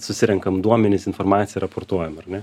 susirenkam duomenis informaciją raportuojam ar ne